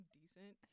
decent